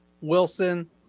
Wilson